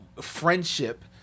Friendship